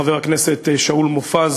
חבר הכנסת שאול מופז,